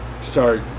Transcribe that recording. start